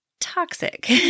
toxic